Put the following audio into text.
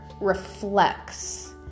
reflects